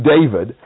David